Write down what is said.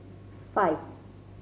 five